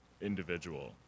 individual